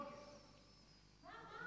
מה?